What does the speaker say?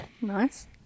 Nice